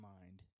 mind